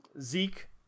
Zeke